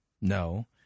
No